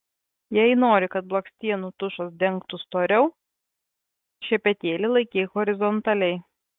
jei nori kad blakstienų tušas dengtų storiau šepetėlį laikyk horizontaliai